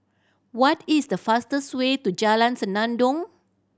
what is the fastest way to Jalan Senandong